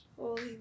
Holy